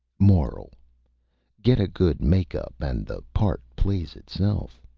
moral get a good make-up and the part plays itself.